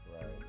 right